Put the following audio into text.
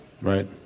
right